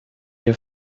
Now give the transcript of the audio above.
your